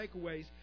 takeaways